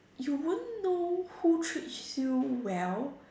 you won't know who treats you well